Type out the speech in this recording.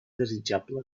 desitjable